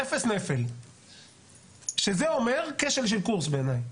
שזה אומר כשל של קורס בעיניי.